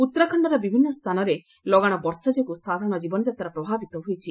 ଉତ୍ତରାଖଣର ବିଭିନ୍ନ ସ୍ଥାନରେ ଲଗାଣ ବର୍ଷା ଯୋଗୁଁ ସାଧାରଣ ଜୀବନଯାତ୍ରା ପ୍ରଭାବିତ ହୋଇଛି